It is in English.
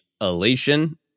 elation